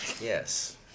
Yes